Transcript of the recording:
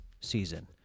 season